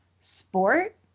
sport